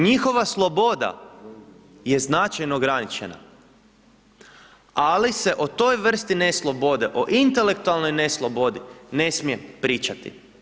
Njihova sloboda je značajno ograničena ali se o toj vrsti neslobode, o intelektualnoj neslobodi ne smije pričati.